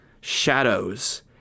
shadows